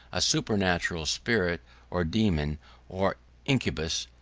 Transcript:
a supernatural spirit or daemon or incubus,